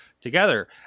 together